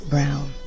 Brown